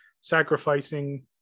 sacrificing